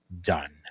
done